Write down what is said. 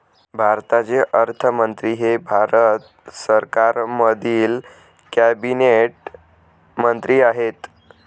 भारताचे अर्थमंत्री हे भारत सरकारमधील कॅबिनेट मंत्री आहेत